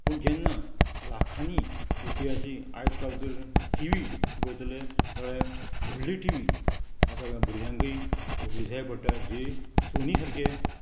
पूण जेन्ना लाखांनी रुपयाची आयज काल तर टि वी पळयता जाल्यार व्हडली टि वी भुरग्यांकय व्हडली जाय पडटा जे सोनी सारके